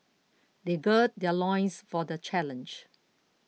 they gird their loins for the challenge